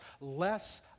less